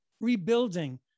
rebuilding